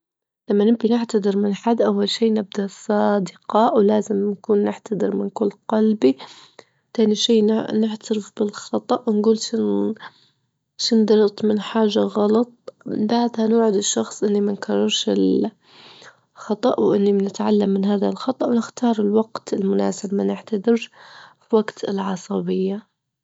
لما نبي نعتذر من حد أول شي نبدأ صادقة ولازم نكون نعتذر من كل قلبي، تاني شي ن- نعترف بالخطأ ونجول شن- شنو درت من حاجة غلط، من بعدها نوعد الشخص إن ما نكررش الخطأ، وإن بنتعلم من هذا الخطأ، ونختار الوقت المناسب، ما نعتذرش في وجت العصبية.